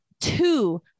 two